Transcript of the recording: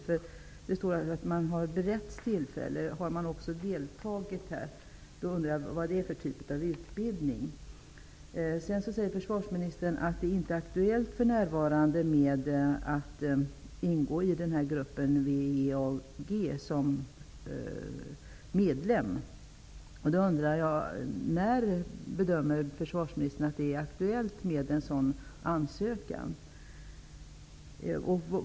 I svaret sades att man har ''beretts tillfälle''. Har man också deltagit? Vad är det för typ av utbildning? Försvarsministern sade också att det för närvarande inte är aktuellt att ingå i gruppen WEAG som medlem. När bedömer försvarsministern att det är aktuellt med en sådan ansökan?